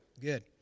good